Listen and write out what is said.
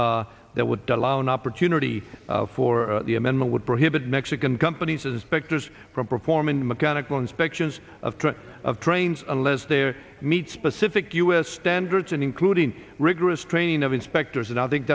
madmen that would allow an opportunity for the amendment would prohibit mexican companies as spector's from performing mechanical inspections of trucks of trains unless they are meet specific u s standards and including rigorous training of inspectors and i think